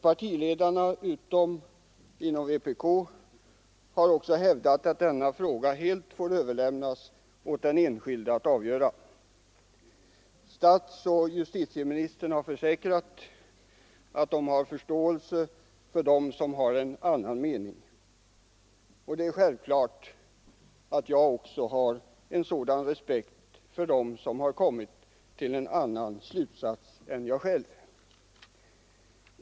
Partiledarna, utom vpk:s, har också hävdat att denna fråga helt får överlämnas åt den enskilde att avgöra. Statsministern och justitieministern har försäkrat att de har förståelse för dem som har en annan uppfattning. Det är självklart att jag också har respekt för dem som har kommit till en annan slutsats än jag själv.